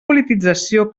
politització